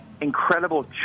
incredible